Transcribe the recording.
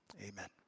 amen